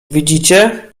widzicie